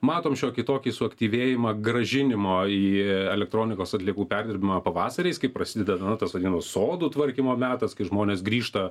matom šiokį tokį suaktyvėjimą grąžinimo į elektronikos atliekų perdirbimą pavasariais kai prasideda na tas vadinamas sodų tvarkymo metas kai žmonės grįžta